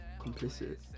complicit